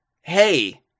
hey